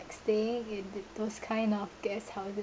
stay in those kind of guesthouses